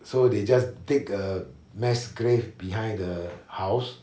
so they just dig a mass grave behind the house